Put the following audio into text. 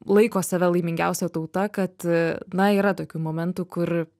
laiko save laimingiausia tauta kad na yra tokių momentų kur